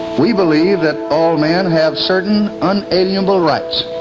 we believe that all men have certain unalienable rights,